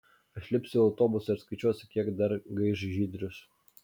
aš lipsiu į autobusą ir skaičiuosiu kiek dar gaiš žydrius